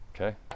Okay